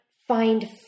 Find